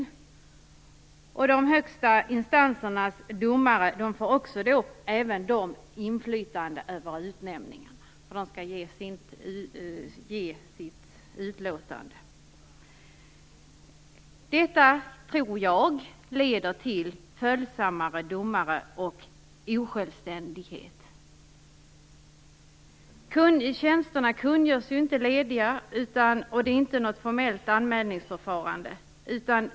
Domarna i de högsta instanserna får även inflytande över utnämningarna genom avgivande av utlåtanden. Jag tror att detta leder till följsammare och osjälvständigare domare. Det kungörs inte när tjänsterna är lediga, och det finns inget formellt anmälningsförfarande.